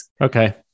Okay